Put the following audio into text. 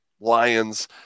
lions